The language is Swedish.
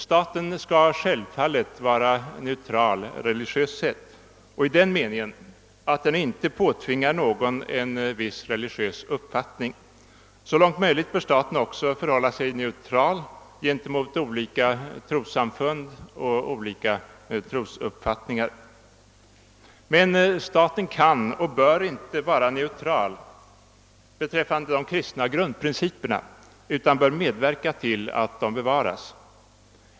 Staten skall självfallet vara religiöst neutral i den meningen, att den inte påtvingar någon en viss religiös uppfattning. Så långt möjligt bör staten också förhålla sig neutral gentemot olika trossamfund och olika trosuppfattningar. Men staten kan och bör inte vara neutral beträffande de kristna grundprinciperna, utan bör medverka till att dessa bevaras.